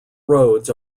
roads